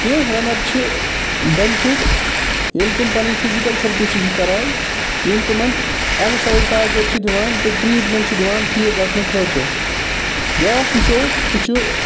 کیٚنہہ رَنَر چھِ بیٚنفِٹ ییٚلہِ تم پَنٕنۍ فِزِکَل تھرپی چھِ کران یِم تِمَن ٹارگیٹ چھِ دِوان تہٕ ٹریٖٹمینٹ چھِ دِوان ٹھیٖک گژھٕ نہٕ خٲطرٕ بیاکھ وٕچھَو سُہ چھِ